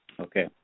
Okay